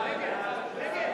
לסעיף 1 נתקבלה.